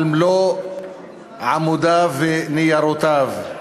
על מלוא עמודיו וניירותיו.